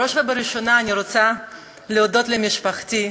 בראש ובראשונה אני רוצה להודות למשפחתי: